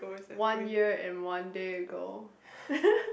one year and one day ago